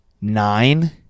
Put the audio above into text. nine